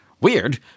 weird